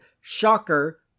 Shocker